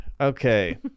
Okay